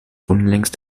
unlängst